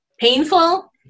painful